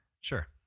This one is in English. Sure